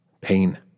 Pain